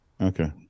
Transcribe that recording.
okay